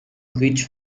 which